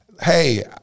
hey